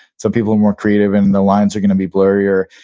some people are more creative and the lines are going to be blurrier.